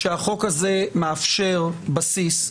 שהחוק הזה מאפשר בסיס.